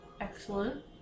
Excellent